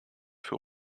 für